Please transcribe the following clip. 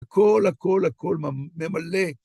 הכל, הכל, הכל ממלא.